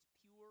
pure